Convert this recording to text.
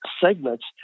segments